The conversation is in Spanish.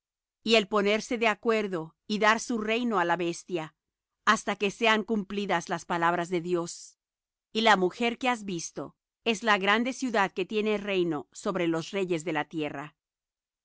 y el ponerse de acuerdo y dar su reino á la bestia hasta que sean cumplidas las palabras de dios y la mujer que has visto es la grande ciudad que tiene reino sobre los reyes de la tierra